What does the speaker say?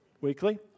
weekly